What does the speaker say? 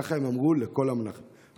ככה הם אמרו לכל המנחמים.